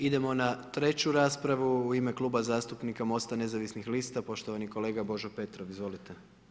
Idemo na treću raspravu, u ime Kluba zastupnika MOST-a nezavisnih lista poštovani kolega Božo Petrov, izvolite.